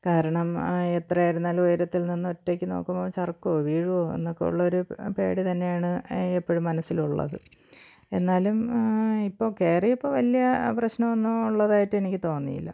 കാരണം എത്രയായിരുന്നാലും ഉയരത്തിൽ നിന്ന് ഒറ്റയ്ക്ക് നോക്കുമ്പോൾ ചർക്കുകയോ വീഴുമോ എന്നൊക്കെ ഉള്ളൊരു പേടി തന്നെയാണ് എപ്പോഴും മനസ്സിലുള്ളത് എന്നാലും ഇപ്പോൾ കയറിയപ്പോൾ വലിയ പ്രശ്നമൊന്നും ഉള്ളതായിട്ട് എനിക്ക് തോന്നിയില്ല